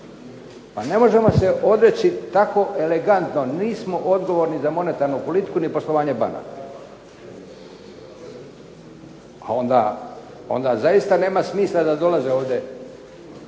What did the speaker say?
Pa ne možemo se odreći tako elegantno, nismo odgovorni za monetarnu politiku ni poslovanje banaka. Onda zaista nema smisla da dolaze ovdje